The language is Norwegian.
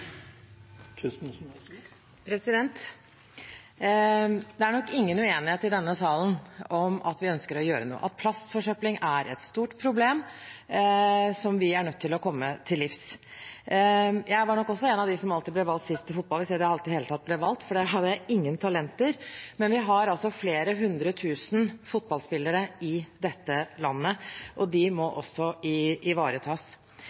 hele landet. Det er nok ingen uenighet i denne salen om at vi ønsker å gjøre noe, at plastforsøpling er et stort problem som vi er nødt til å komme til livs. Jeg var nok også en av dem som alltid ble valgt sist i fotball, hvis jeg i det hele tatt ble valgt, for der hadde jeg ingen talenter, men vi har altså flere hundretusen fotballspillere i dette landet, og de må også ivaretas.